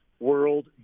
World